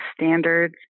standards